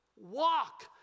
Walk